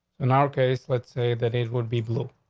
in our case, let's say that it would be blue.